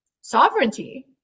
sovereignty